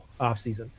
offseason